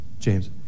James